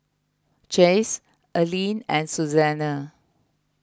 Chaz Allyn and Susanna